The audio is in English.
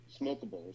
smokables